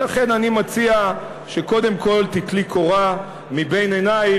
ולכן אני מציע שקודם כול תיטלי קורה מבין עינייך,